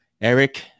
Eric